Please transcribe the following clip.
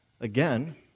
again